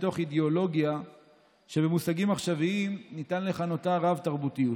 מתוך אידיאולוגיה שבמושגים עכשוויים ניתן לכנותה "רב-תרבותיות",